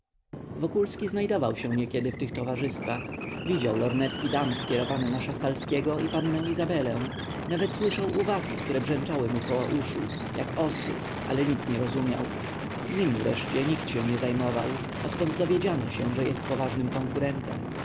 wokulski znajdował się niekiedy w tych towarzystwach widział lornetki dam skierowane na szastalskiego i pannę izabelę nawet słyszał uwagi które brzęczały mu około uszu jak osy ale nic nie rozumiał nim wreszcie nikt się nie zajmował odkąd dowiedziano się że jest poważnym konkurentem